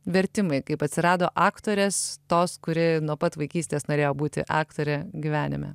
vertimai kaip atsirado aktorės tos kuri nuo pat vaikystės norėjo būti aktorė gyvenime